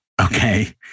Okay